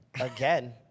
again